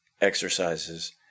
exercises